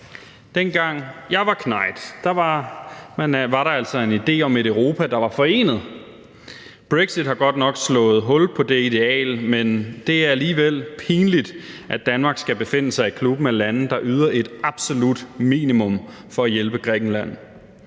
Dengang jeg var knajt, var der altså en idé om et Europa, der var forenet. Brexit har godt nok slået hul på det ideal, men det er alligevel pinligt, at Danmark skal befinde sig i klubben af lande, der yder et absolut minimum for at hjælpe Grækenland.